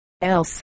else